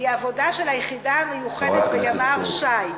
היא עבודה של היחידה המיוחדת בימ"ר ש"י?